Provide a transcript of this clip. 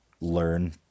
learn